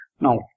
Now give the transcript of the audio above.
Now